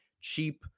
cheap